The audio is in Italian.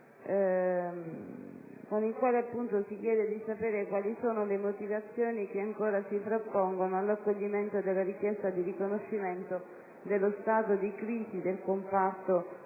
con il quale si chiede di sapere quali sono le motivazioni che ancora si frappongono all'accoglimento della richiesta di riconoscimento dello stato di crisi del comparto